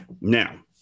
now